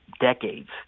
decades